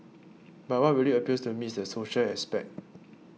but what really appeals to me is the social aspect